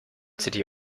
city